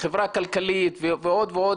החברה הכלכלית ועוד ועוד.